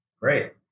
great